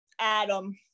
Adam